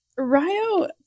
Ryo